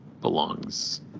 belongs